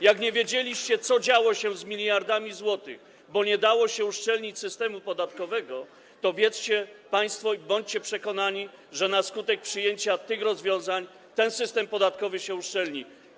Jak nie wiedzieliście, co działo się z miliardami złotych, bo nie dało się uszczelnić systemu podatkowego, to wiedzcie państwo i bądźcie przekonani, że na skutek przyjęcia tych rozwiązań ten system podatkowy się uszczelni.